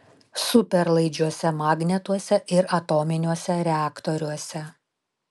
superlaidžiuose magnetuose ir atominiuose reaktoriuose